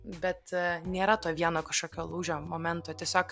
bet nėra to vieno kažkokio lūžio momento tiesiog